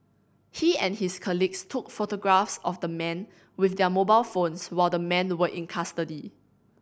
he and his colleagues took photographs of the men with their mobile phones while the men were in custody